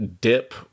dip